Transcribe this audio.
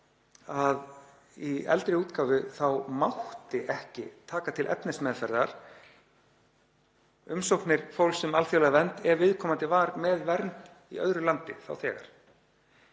að í eldri útgáfu mátti ekki taka til efnismeðferðar umsóknir fólks um alþjóðlega vernd ef viðkomandi var með vernd í öðru landi þá þegar.